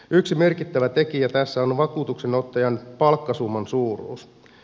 yksi merkittävä tekijä tässä on vakuutuksenottajan palkkasumman suuruus